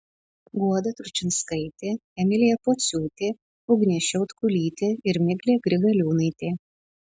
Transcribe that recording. guoda tručinskaitė emilija pociūtė ugnė šiautkulytė ir miglė grigaliūnaitė